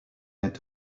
est